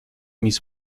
mis